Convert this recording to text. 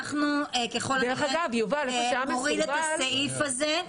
אנחנו ככל הנראה נוריד את הסעיף הזה.